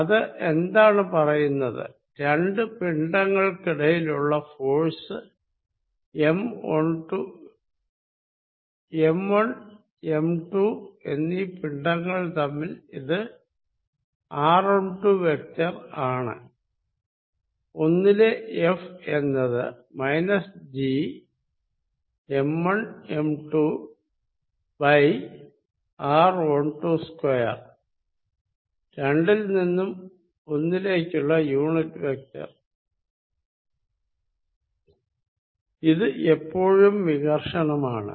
ഇത് എന്താണ് പറയുന്നത് രണ്ടു പിണ്ഡങ്ങൾക്കിടയിലുള്ള ഫോഴ്സ് F m1m2 എന്നീ പിണ്ഡങ്ങൾ തമ്മിൽ ഇത് r12 വെക്ടർ ആണ് അപ്പോൾ 1 ലെ F എന്നത് Gm1m2 r122 2 ൽ നിന്നും 1 ലേക്കുള്ള യൂണിറ്റ് വെക്ടർ ഇത് എപ്പോഴും വികർഷണമാണ്